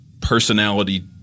personality